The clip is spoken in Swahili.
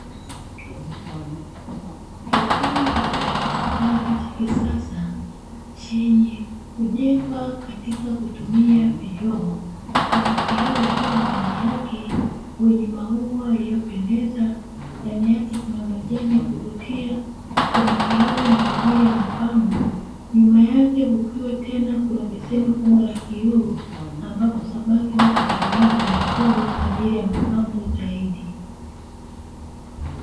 Kisima kizuri cha samaki cha kisasa chenye kujengwa katika kutumia vioo, samaki hao wakiwa ndani yake mwenye maua yaliyopendeza ndani yake kuna majani ya kuvutia, samaki hao ni kwa ajili ya mapango nyuma yake kukiwa tena kuna beseni kubwa la kioo ambapo sababu wako ndani yake wanafugwa kwa ajili ya mapambo zaidi.